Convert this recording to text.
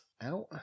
out